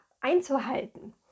einzuhalten